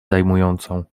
zajmującą